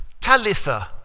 Talitha